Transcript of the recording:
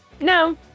No